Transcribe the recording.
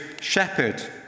shepherd